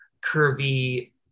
curvy